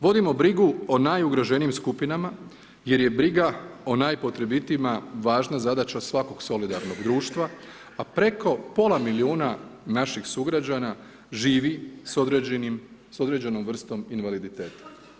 Vodimo brigu o najugroženijim skupinama jer je briga o najpotrebitijima važna zadaća svakog solidarnog društva, a preko pola milijuna naših sugrađana živi s određenom vrstom invaliditeta.